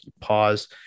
pause